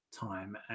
time